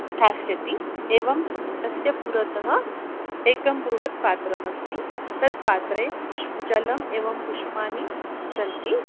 स्थास्यति एवं तस्य पुरतः एकं बृहत् पात्रमस्ति तत् पात्रे पुष्पं जलम् एवं पुष्पाणि सन्ति